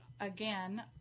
again